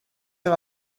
are